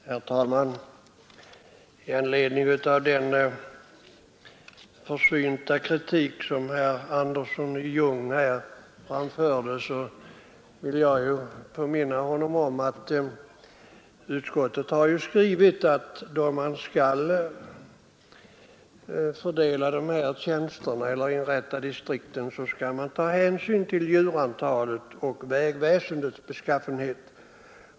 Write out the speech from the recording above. Herr talman! I anledning av den försynta kritik som herr Andersson i Ljung här anförde vill jag påminna honom om att utskottet skrivit att vid gränsdragningen mellan distrikten hänsyn skall tas till djurtäthet och vägväsendets beskaffenhet.